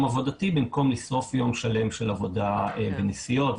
עבודתי במקום לשרוף יום שלם של עבודה בנסיעות,